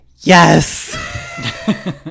Yes